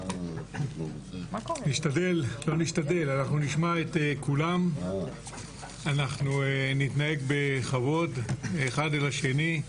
אנחנו נשמע את כולם וננהג בכבוד אחד עם השני,